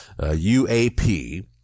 UAP